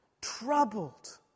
troubled